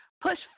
Push